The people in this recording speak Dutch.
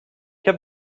heb